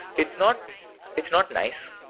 it's not it's not nice.